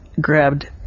grabbed